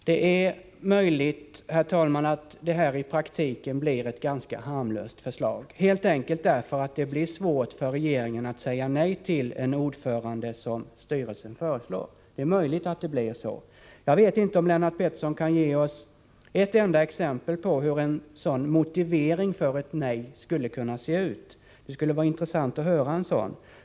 Det är möjligt, herr talman, att förslaget i praktiken kommer att framstå som ett ganska harmlöst förslag, helt enkelt därför att det blir svårt för regeringen att säga nej till en styrelses förslag till ordförande. Det är, som sagt, möjligt att det blir så. Kan Lennart Pettersson ge ett enda exempel på hur motiveringen för ett sådant nej skulle kunna se ut? Det skulle vara intressant att få ett besked därvidlag.